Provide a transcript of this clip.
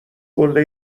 قله